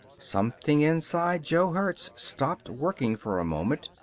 something inside jo hertz stopped working for a moment,